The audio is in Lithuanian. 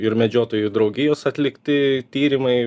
ir medžiotojų draugijos atlikti tyrimai